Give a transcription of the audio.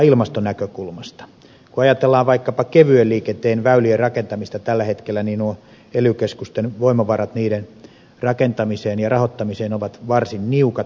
kun ajatellaan vaikkapa kevyen liikenteen väylien rakentamista tällä hetkellä niin nuo ely keskusten voimavarat niiden rakentamiseen ja rahoittamiseen ovat varsin niukat